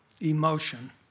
emotion